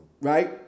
right